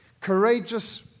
Courageous